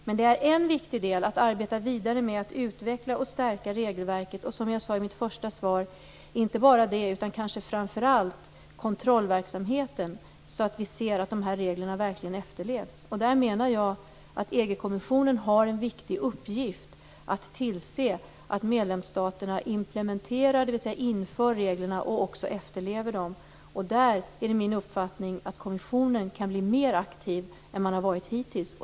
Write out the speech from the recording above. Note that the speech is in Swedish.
Men en viktig del är att arbeta vidare med att utveckla och stärka regelverket och, som jag sade i mitt svar, inte bara det utan kanske framför allt kontrollverksamheten så att vi ser att de här reglerna verkligen efterlevs. Där menar jag att EG-kommissionen har en viktig uppgift att tillse att medlemsstaterna implementerar, dvs. inför, reglerna och också efterlever dem. Där är det min uppfattning att kommissionen kan bli mer aktiv än vad den varit hittills.